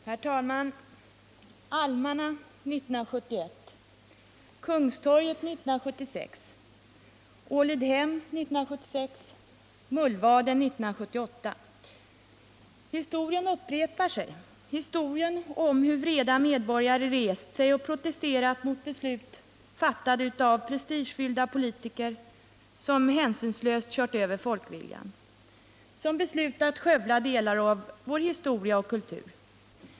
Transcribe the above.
Herr talman! Almarna 1971, Kungstorget 1976, Ålidhem 1976 och Mullvaden 1978 — historien upprepar sig, historien om hur vreda medborgare rest sig och protesterat mot beslut fattade av prestigefyllda politiker, som hänsynslöst kört över folkviljan och som beslutat skövla delar av vår historia och kultur.